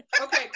Okay